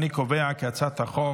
אני קובע כי הצעת החוק